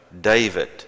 David